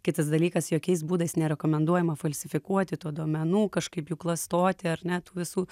kitas dalykas jokiais būdais nerekomenduojama falsifikuoti tų duomenų kažkaip jų klastoti ar ne tų visų